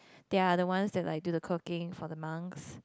they are the one that like do the cooking for the monks